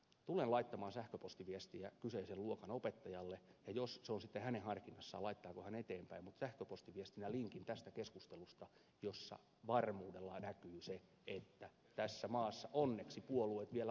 tulen laittamaan sähköpostiviestiä kyseisen luokan opettajalle ja se on sitten hänen harkinnassaan laittaako hän sen eteenpäin mutta sähköpostiviestinä lähetän linkin tästä keskustelusta jossa varmuudella näkyy se että tässä maassa onneksi puolueet vielä ovat erilaisia